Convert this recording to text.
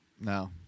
No